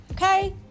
Okay